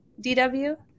DW